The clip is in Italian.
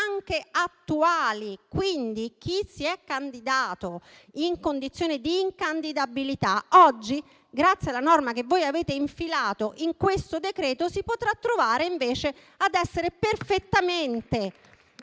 anche attuali; quindi chi si è candidato in condizioni di incandidabilità, oggi, grazie alla norma che voi avete infilato nel decreto-legge in esame, si potrà trovare invece ad essere perfettamente